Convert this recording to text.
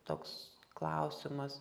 toks klausimas